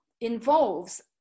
involves